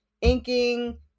inking